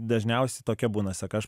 dažniausiai tokia būna seka aš